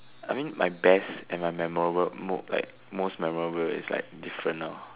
I mean my best and my memorable mo~ like most memorable is like different now